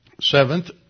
Seventh